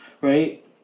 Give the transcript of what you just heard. right